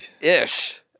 ish